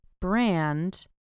brand